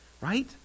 right